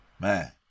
Man